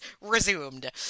resumed